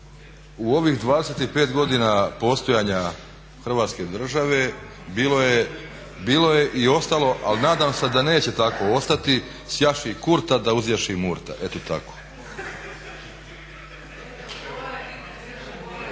U ovih 25 godina postojanja Hrvatske države bilo je i ostalo ali nadam se da neće tako ostati "sjaši Kurta da uzjaši Murta" eto tako.